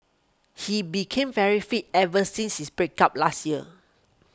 he became very fit ever since his break up last year